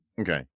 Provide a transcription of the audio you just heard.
Okay